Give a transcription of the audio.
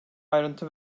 ayrıntı